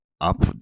up